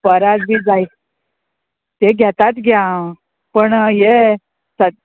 परात बी जाय ते घेतात घे आ पण ये स